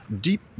deep